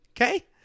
okay